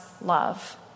love